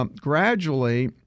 Gradually